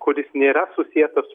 kuris nėra susietas